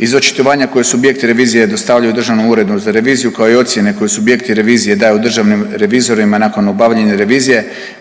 Iz očitovanje koje subjekti revizije dostavljaju Državnom uredu za reviziju kao i ocjene koje subjekti revizije daju državnim revizorima nakon obavljene revizije